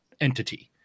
entity